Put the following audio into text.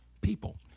people